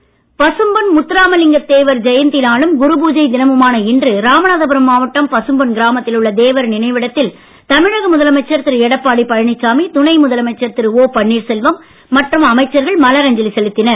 தேவர் பசும்பொன் முத்துராமலிங்கத் தேவர் ஜெயந்தி நாளும் குருபூஜை தினமுமான இன்று ராமனாதபுரம் மாவட்டம் பசும்பொன் கிராமத்தில் உள்ள தேவர் நினைவிடத்தில் தமிழக முதலமைச்சர் திரு எடப்பாடி பழனிசாமி துணை முதலமைச்சர் திரு ஒ பன்னீர்செல்வம் மற்றும் அமைச்சர்கள் மலர் அஞ்சலி செலுத்தினர்